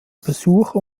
besucher